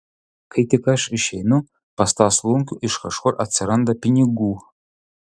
kai tik aš išeinu pas tą slunkių iš kažkur atsiranda pinigų